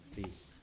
Please